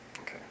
Okay